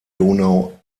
donau